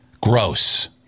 Gross